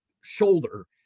shoulder